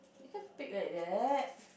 you can't pick like that